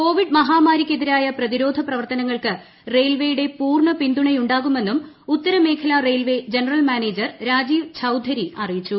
Covid മഹാമാരിക്കെതിരായ പ്രതിരോധപ്രവർത്തനങ്ങൾക്ക് റെയിൽവെയുടെ പൂർണപിന്തുണയുണ്ടാകുമെന്നും ഉത്തരമേഖല railway general manager Rajeev Chaudhary അറിയിച്ചു